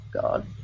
God